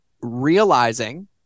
realizing